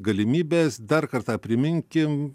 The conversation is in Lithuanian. galimybės dar kartą priminkim